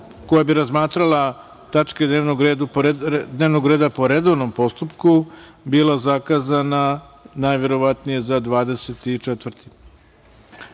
koja bi razmatrala tačke dnevnog reda po redovnom postupku, bila zakazana najverovatnije za 24.